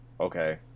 Okay